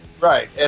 Right